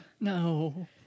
No